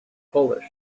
polish